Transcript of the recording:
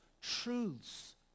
truths